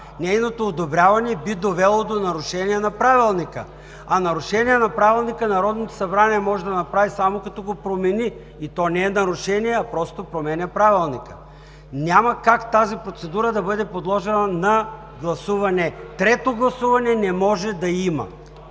нейното одобряване би довело до нарушение на Правилника. А нарушение на Правилника Народното събрание може да направи само като го промени, и то не е нарушение, а промяна на Правилника. Няма как тази процедура да бъде подложена на гласуване. Трето гласуване не може да има!